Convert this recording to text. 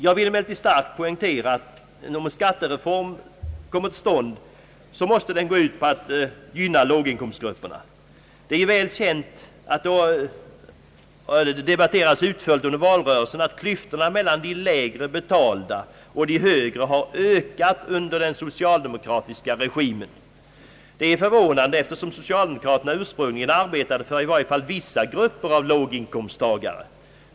Jag vill emellertid starkt poängtera, att om en skattereform kommer till stånd måste den gå ut på att gynna låginkomstgrupperna. Det är ju väl känt, och det debatterades utförligt under valrörelsen, att klyftorna mellan de lägre betalda och de högre betalda har ökat under den socialdemokratiska regimen. Detta är förvånande, eftersom socialdemokraterna ursprungligen arbetade för i varje fall vissa grupper av låginkomsttagare.